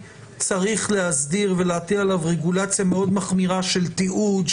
צריך להסדיר ולהטיל עליו רגולציה מאוד מחמירה של תיעוד,